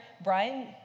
Brian